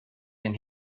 den